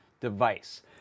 device